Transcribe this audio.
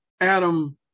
Adam